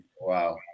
Wow